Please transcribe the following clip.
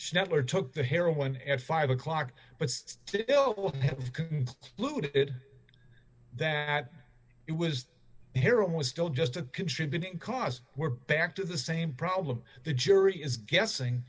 she never took the heroin f five o'clock but still glued it that it was heroin was still just a contributing cause we're back to the same problem the jury is guessing